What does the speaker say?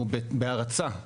בהרצה.